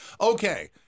Okay